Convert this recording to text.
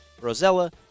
Rosella